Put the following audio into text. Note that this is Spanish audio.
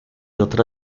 otra